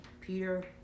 peter